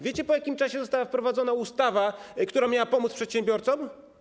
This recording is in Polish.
Wiecie, po jakim czasie została wprowadzona ustawa, która miała pomóc przedsiębiorcom?